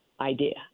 idea